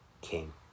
king